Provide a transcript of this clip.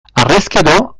harrezkero